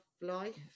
life